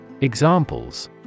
Examples